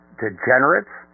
degenerates